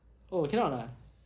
oh cannot ah